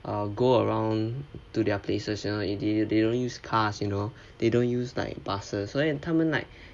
err go around to their places you know they don't they don't use cars you know they don't use like buses 所以他们 like